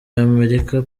y’amerika